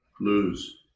Lose